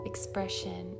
expression